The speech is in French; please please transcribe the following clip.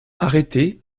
arrêtée